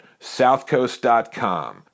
southcoast.com